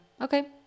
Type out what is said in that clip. okay